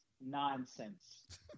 nonsense